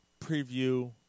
preview